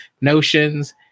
notions